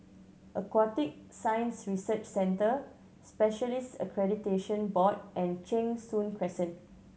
Aquatic Science Research Center Specialists Accreditation Board and Cheng Soon Crescent